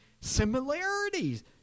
similarities